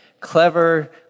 clever